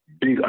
big